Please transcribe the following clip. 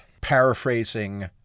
paraphrasing